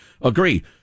agree